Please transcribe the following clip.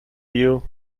you